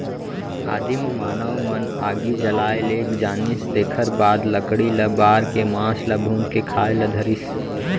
आदिम मानव मन आगी जलाए ले जानिस तेखर बाद लकड़ी ल बार के मांस ल भूंज के खाए ल धरिस